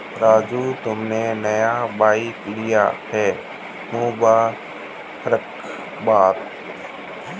राजू तुमने नया बाइक लिया है मुबारकबाद